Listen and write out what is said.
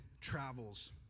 travels